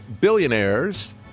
billionaires